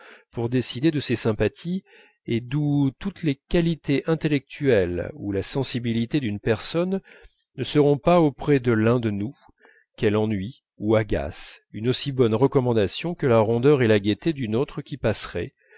pour décider de ses sympathies et d'où toutes les qualités intellectuelles ou la sensibilité d'une personne ne seront pas auprès de l'un de nous qu'elle ennuie ou agace une aussi bonne recommandation que la rondeur et la gaieté d'une autre qui passerait